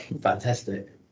fantastic